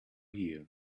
here